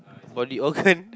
body organ